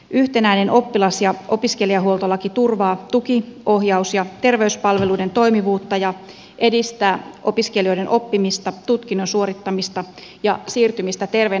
yhtenäinen oppilas ja opiskelijahuoltolaki turvaa tuki ohjaus ja terveyspalveluiden toimivuutta ja edistää opiskelijoiden oppimista tutkinnon suorittamista ja siirtymistä terveenä aikuisena työelämään